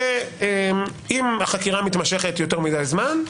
שאם החקירה מתמשכת יותר מדי זמן,